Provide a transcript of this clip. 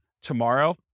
tomorrow